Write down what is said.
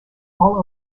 all